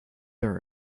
are